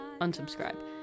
unsubscribe